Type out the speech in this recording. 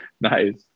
nice